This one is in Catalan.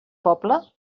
poble